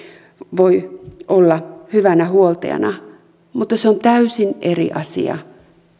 voi olla hyvänä huoltajana mutta se on täysin eri asia